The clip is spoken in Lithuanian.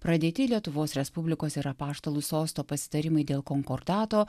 pradėti lietuvos respublikos ir apaštalų sosto pasitarimai dėl konkordato